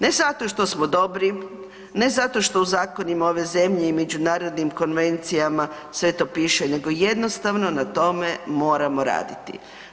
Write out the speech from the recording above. Ne zato što smo dobri, ne zato što u zakonima ove zemlje i međunarodnim konvencijama sve to piše, nego jednostavno na tome moramo raditi.